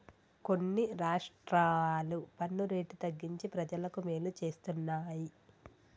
కొన్ని రాష్ట్రాలు పన్ను రేటు తగ్గించి ప్రజలకు మేలు చేస్తున్నాయి